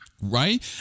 Right